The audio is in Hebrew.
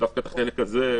דווקא את החלק הזה.